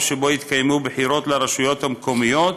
שבו יתקיימו בחירות לרשויות המקומיות,